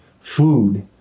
food